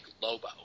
Lobo